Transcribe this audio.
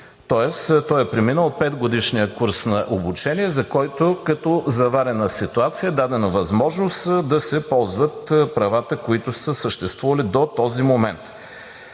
той е преминал петгодишния курс на обучение, за който като заварена ситуация е дадена възможност да се ползват правата, които са съществували до този момент.